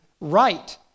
right